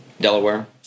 Delaware